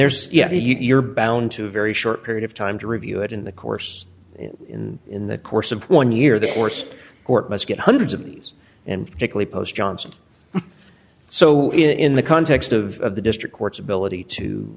there's yeah you're bound to a very short period of time to review it in the course in in the course of one year the course court must get hundreds of these and particularly post johnson so in the context of the district courts ability to